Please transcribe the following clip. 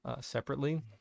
separately